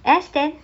S ten